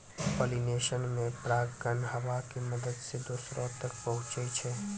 pollination मे परागकण हवा के मदत से दोसरो तक पहुचै छै